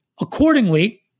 Accordingly